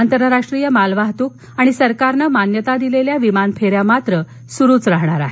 आंतरराष्ट्रीय माल वाहतूक आणि सरकारनं मान्यता दिलेल्या विमान फेऱ्या मात्र सुरू राहणार आहेत